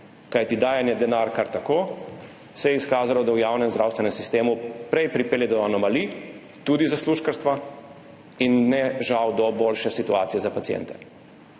Kajti dajanje denarja kar tako se je izkazalo, da v javnem zdravstvenem sistemu prej pripelje do anomalij, tudi zaslužkarstva in žal ne do boljše situacije za paciente.